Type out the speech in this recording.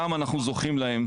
גם אנחנו זוכים להם,